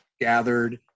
gathered